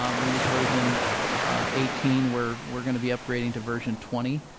um we use version eighteen. we're we're going to be upgrading to version twenty.